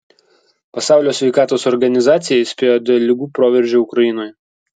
pasaulio sveikatos organizacija įspėjo dėl ligų proveržio ukrainoje